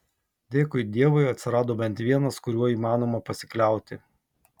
dėkui dievui atsirado bent vienas kuriuo įmanoma pasikliauti